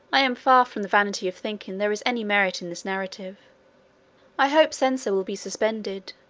i am far from the vanity of thinking there is any merit in this narrative i hope censure will be suspended,